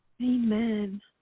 Amen